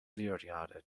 lekrjahre